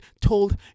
told